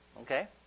okay